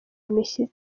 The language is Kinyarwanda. imishyitsi